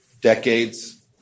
decades